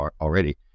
already